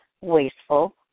wasteful